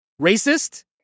Racist